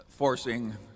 forcing